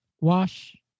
Wash